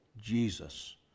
Jesus